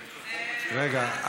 רגע,